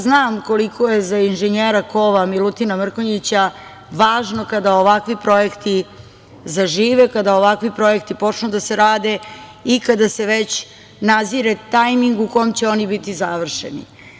Znam koliko je za inženjera kova Milutina Mrkonjića važno kada ovakvi projekti zažive, kada ovakvi projekti počnu da se rade i kada se već nazire tajming u kom će oni biti završeni.